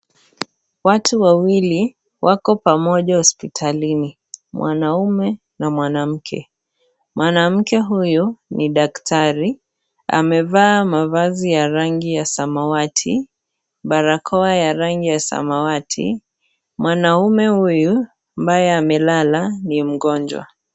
Watu wawili wako pamoja hospitalini mwanamme na mwanamke. Mwanamke huyu ni daktari amevaa mavazi ya rangi ya samawati, barakoa ya rangi ya samawati, mwanamme huyu ambaye amelala ni mgonjwa.